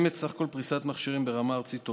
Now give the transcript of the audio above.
סך הכול יש פריסת מכשירים ברמה ארצית טובה,